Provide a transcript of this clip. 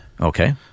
Okay